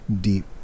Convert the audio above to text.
deep